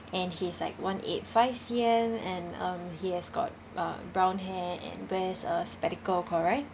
and he's like one eight five C_M and um he has got a brown hair and wears a spectacle correct